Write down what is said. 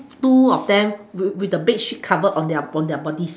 two of them with with the bed sheet covered on their on their bodies